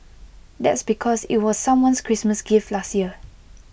that's because IT was someone's Christmas gift last year